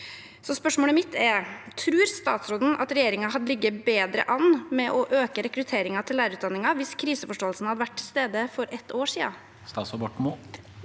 Spørsmålet mitt er: Tror statsråden at regjeringen hadde ligget bedre an med å øke rekrutteringen til lærerutdanningen hvis kriseforståelsen hadde vært til stede for et år siden? Statsråd Ola